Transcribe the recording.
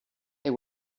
they